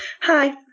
Hi